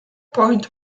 point